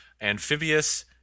Amphibious